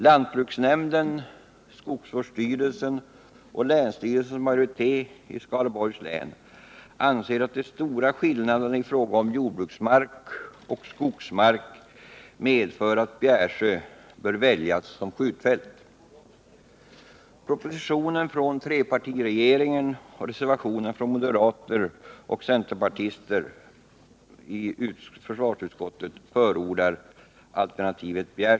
Lantbruksnämnden, skogsvårdsstyrelsen och länsstyrelsens majoritet i Skaraborgs län anser att de stora skillnaderna i fråga om jordbruksmark och skogsmark medför att Bjärsjö bör väljas för skjutfältet. Propositionen från trepartiregeringen och reservationen från moderater och centerpartister i 105 Nr 48 försvarsutskottet förordar alternativet Bjärsjö.